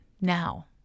now